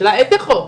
השאלה איזה חוק?